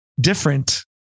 different